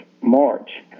March